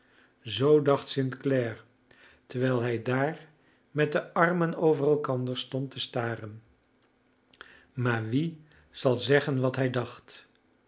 zoo dacht st clare terwijl hij daar met de armen over elkander stond te staren maar wie zal zeggen wat hij dacht